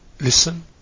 listen